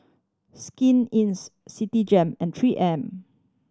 Skin Citigem and Three M